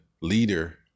leader